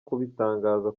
kubitangaza